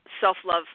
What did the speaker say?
self-love